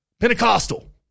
Pentecostal